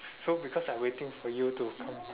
so because I waiting for you to